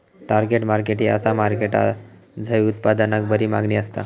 target market ह्या असा market हा झय उत्पादनाक बरी मागणी असता